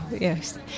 Yes